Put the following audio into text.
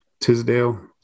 Tisdale